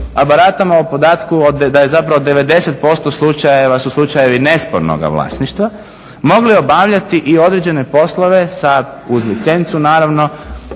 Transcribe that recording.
a baratamo o podatku da je zapravo 90% slučajeva su slučajevi nespornoga vlasništva mogli obavljati i određene poslove sa, uz licencu naravno,